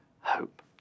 hope